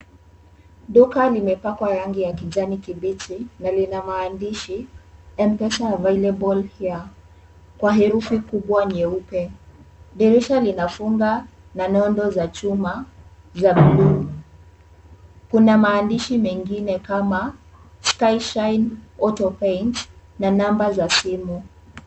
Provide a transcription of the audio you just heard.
Duka limepakwa rangi ya kijani kibichi na lina maandishi M-pesa available here kwa herufi kubwa nyeupe. Dirisha linafunga na nondo za chuma za bluu. Kuna maandishi mengine kama sky shine auto paint na namba za simu.